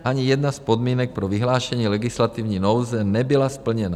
Ani jedna z podmínek pro vyhlášení legislativní nouze nebyla splněna.